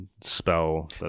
spell